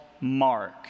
Mark